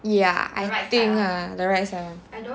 ya I think ah the right one